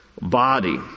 body